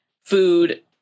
food